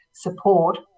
support